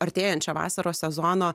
artėjančio vasaros sezono